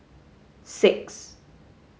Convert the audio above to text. six